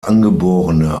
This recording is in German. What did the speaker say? angeborene